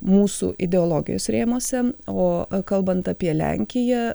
mūsų ideologijos rėmuose o kalbant apie lenkiją